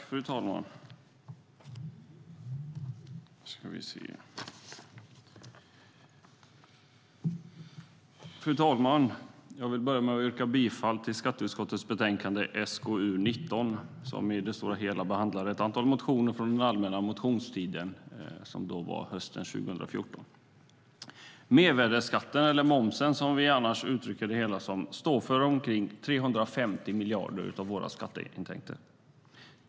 Fru talman! Jag vill börja med att yrka bifall till förslaget i skatteutskottets betänkande 19, där ett stort antal motioner från den allmänna motionstiden hösten 2014 behandlas. Mervärdesskatten, eller momsen som vi ofta säger, står för omkring 350 miljarder av våra skatteintäkter.